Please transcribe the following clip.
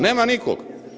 Nema nikog.